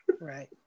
Right